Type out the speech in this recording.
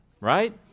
right